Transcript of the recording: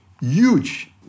huge